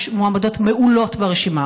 יש מועמדות מעולות ברשימה,